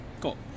Cool